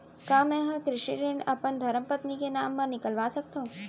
का मैं ह कृषि ऋण अपन धर्मपत्नी के नाम मा निकलवा सकथो?